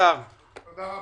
השר, תודה.